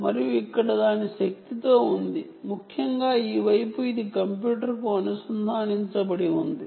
మరియు ఇక్కడ ఈ వైపు ఇది కంప్యూటర్కు అనుసంధానించబడి ఉంది